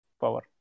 power